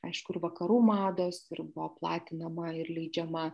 aišku ir vakarų mados ir buvo platinama ir leidžiama